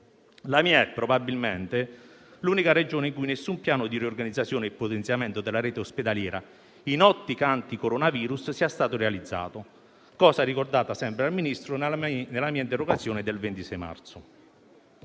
La mia è probabilmente l'unica Regione in cui nessun piano di riorganizzazione e potenziamento della rete ospedaliera in ottica anticoronavirus sia stato realizzato, come ricordato al Ministro nella mia interrogazione del 26 marzo.